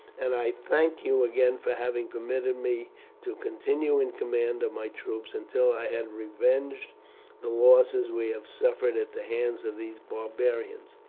and i thank you again for having permitted me to continue in command of my troops until i had revenged the losses we have suffered at the hands of these barbarians.